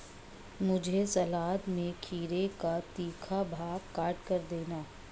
मुझे सलाद में खीरे का तीखा भाग काटकर देना